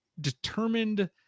determined